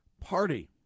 Party